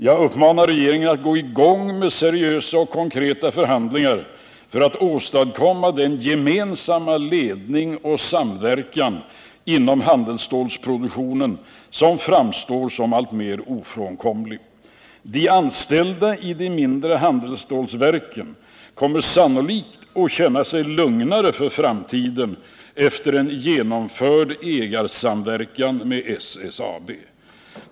Jag uppmanar regeringen att sätta i gång med seriösa och konkreta förhandlingar för att åstadkomma den gemensamma ledning och samverkan inom handelsstålproduktionen som framstår som alltmer ofrånkomlig. De anställdai de mindre handelsstålverken kommer sannolikt att känna sig lugnare för framtiden efter en genomförd ägarsamverkan med SSAB.